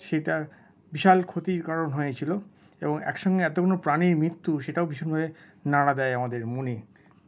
সেটা বিশাল ক্ষতির কারণ হয়েছিল এবং একসঙ্গে এতগুলো প্রাণীর মৃত্যু সেটাও ভীষণভাবে নাড়া দেয় আমাদের মনে